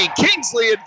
Kingsley